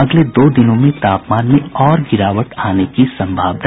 अगले दो दिनों में तापमान में और गिरावट आने की संभावना